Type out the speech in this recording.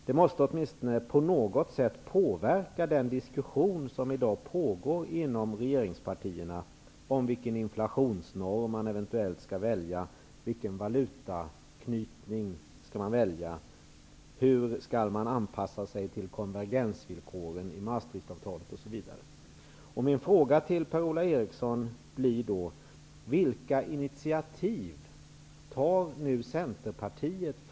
Det måste åtminstone på något sätt påverka den diskussion som i dag pågår inom regeringspartierna om vilken inflationsnorm man eventuellt skall välja, vilken valutaknytning man skall välja, hur man skall anpassa sig till konvergensvillkoren i Maastrichtavtalet osv. Vilka initiativ, Per-Ola Eriksson, tar Centerpartiet?